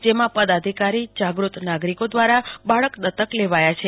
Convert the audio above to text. જેમાં પદાધિકારી જાગૃત નાગરિકો દ્વારા બાળક દત્તક લેવાયા છે